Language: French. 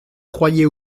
croyais